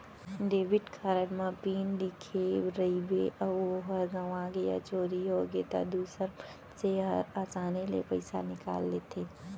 debit card म pin लिखे रइबे अउ ओहर गँवागे या चोरी होगे त दूसर मनसे हर आसानी ले पइसा निकाल लेथें